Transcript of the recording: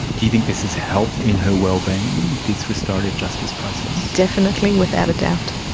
do you think this has helped in her wellbeing, this restorative justice process? definitely, without a doubt.